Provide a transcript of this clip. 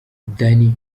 danny